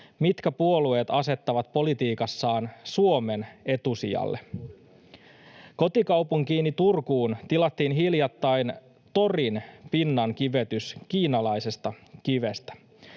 mitkä puolueet asettavat politiikassaan Suomen etusijalle. Kotikaupunkiini Turkuun tilattiin hiljattain torin pinnan kivetys kiinalaisesta kivestä,